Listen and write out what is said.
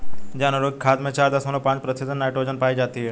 जानवरों की खाद में चार दशमलव पांच प्रतिशत नाइट्रोजन पाई जाती है